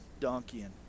donkeying